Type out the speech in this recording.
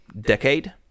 decade